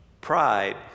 Pride